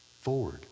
forward